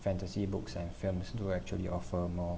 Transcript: fantasy books and films do actually offer more